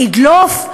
ידלוף?